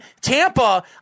Tampa